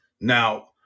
Now